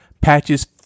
patches